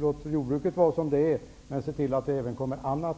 Låt jordbruket vara som det är, men se till att det även kommer annat!